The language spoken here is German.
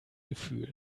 gefühl